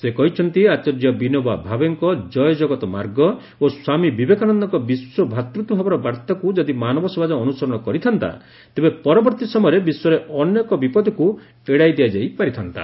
ସେ କହିଛନ୍ତି ଆଚାର୍ଯ୍ୟ ବିନୋବା ଭାବେଙ୍କ ଜୟ ଜଗତ ମାର୍ଗ ଓ ସ୍ୱାମୀ ବିବେକାନନ୍ଦଙ୍କ ବିଶ୍ୱ ଭାତୃତ୍ୱଭାବର ବାର୍ତ୍ତାକୁ ଯଦି ମାନବ ସମାଜ ଅନୁସରଣ କରିଥାନ୍ତା ତେବେ ପରବର୍ତ୍ତୀ ସମୟରେ ବିଶ୍ୱରେ ଅନେକ ବିପତ୍ତିକୁ ଏଡାଇ ଦିଆଯାଇ ପାରିଥାନ୍ତା